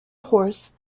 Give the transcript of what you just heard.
horst